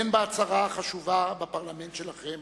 הן בהצהרה החשובה בפרלמנט שלכם